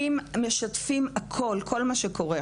משתפים כל מה שקורה.